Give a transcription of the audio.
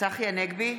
צחי הנגבי,